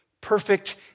perfect